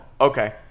Okay